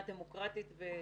סימנים.